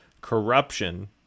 corruption